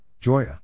Joya